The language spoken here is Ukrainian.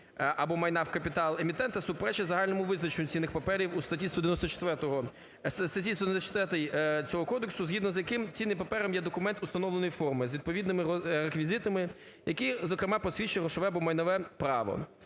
або майна в капітал емітента, суперечить загальному визначенню цінних паперів у статті 194 цього кодексу, згідно з яким цінним папером є документ установленої форми з відповідними реквізитами, які, зокрема, посвідчують грошове або майнове право.